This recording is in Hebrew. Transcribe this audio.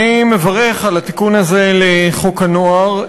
אני מברך על התיקון הזה לחוק הנוער.